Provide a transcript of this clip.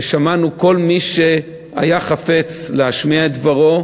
ושמענו כל מי שהיה חפץ להשמיע את דברו,